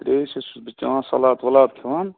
ترٛیش حظ چھُس بہٕ چٮ۪وان سَلات وَلات کھیٚوان